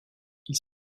ils